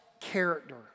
character